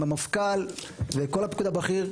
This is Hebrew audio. עם המפכ"ל וכל הפיקוד הבכיר,